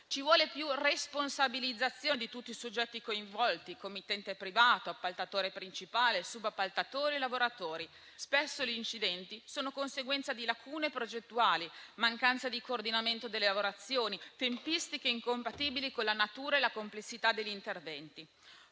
Ci vuole più responsabilizzazione di tutti i soggetti coinvolti: committente privato, appaltatore principale, subappaltatore, lavoratori. Spesso gli incidenti sono conseguenza di lacune progettuali, della mancanza di coordinamento delle lavorazioni, di tempistiche incompatibili con la natura e la complessità degli interventi.